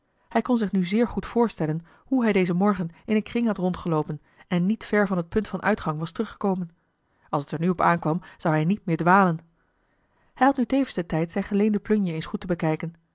hij kon zich nu zeer goed voorstellen hoe hij dezen morgen in eene kring had rondgeloopen en niet ver van het punt van uitgang was teruggekomen als het er nu op aankwam zou hij niet meer dwalen hij had nu tevens den tijd zijn geleende plunje eens goed te bekijken